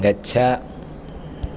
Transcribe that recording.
गच्छ